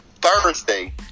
Thursday